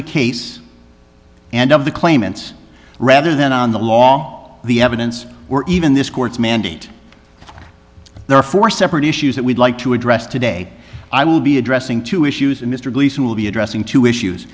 the case and of the claimants rather than on the law the evidence or even this court's mandate there are four separate issues that we'd like to address today i will be addressing two issues and mr gleason will be addressing two issues